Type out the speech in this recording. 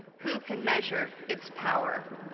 who can measure its power?